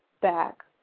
back